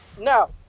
No